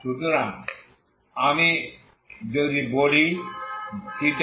তাই যদি আমি বলি ϴ